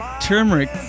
turmeric